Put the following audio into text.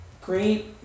great